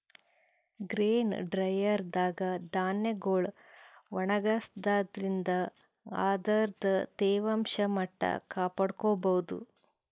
grain dryer ದಾಗ್ ಧಾನ್ಯಗೊಳ್ ಒಣಗಸಾದ್ರಿನ್ದ ಅದರ್ದ್ ತೇವಾಂಶ ಮಟ್ಟ್ ಕಾಪಾಡ್ಕೊಭೌದು